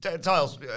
tiles